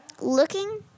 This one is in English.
looking